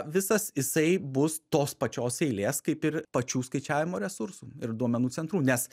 visas jisai bus tos pačios eilės kaip ir pačių skaičiavimų resursų ir duomenų centrų nes